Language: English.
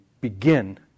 begin